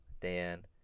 Dan